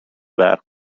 برق